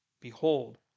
behold